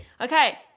Okay